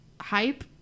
hype